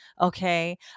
okay